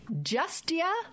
Justia